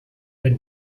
would